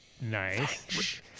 Nice